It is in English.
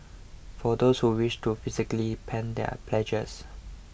for those who wish to physically pen their pledges